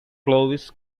clovis